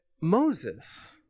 Moses